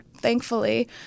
thankfully